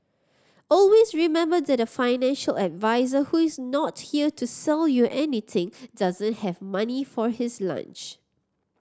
always remember that a financial advisor who is not here to sell you anything doesn't have money for his lunch